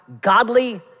godly